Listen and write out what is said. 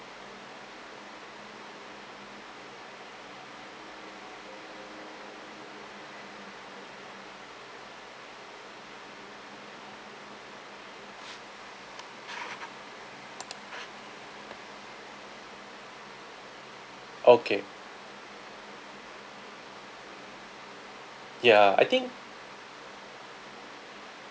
okay ya I think